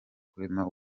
kurema